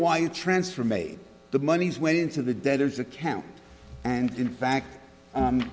wire transfer made the monies went into the debtors account and in fact